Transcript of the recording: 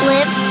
Live